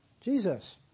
Jesus